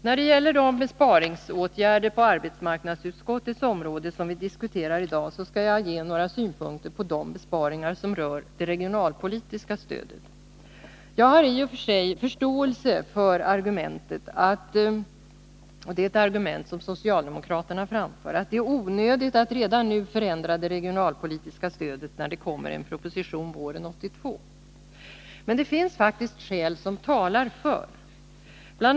När det gäller de besparingsåtgärder inom arbetsmarknadsutskottets område som vi diskuterar i dag, skall jag ge några synpunkter på de besparingar som rör det regionalpolitiska stödet. Jag har i och för sig förståelse för det argument som socialdemokraterna framför, att det är onödigt att redan nu förändra det regionalpolitiska stödet, när det kommer en proposition våren 1982. Men det finns faktiskt skäl som talar för. Bl.